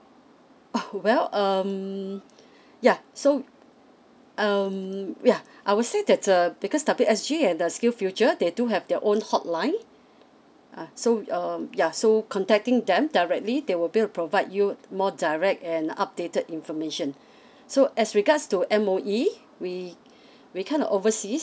oh well um yeah so um yeah I would say that's uh because W_S_G the skill future they do have their own hotline uh so we um ya so contacting them directly they will be able to provide you more direct and updated information so as regards to M_O_E we we kind of oversess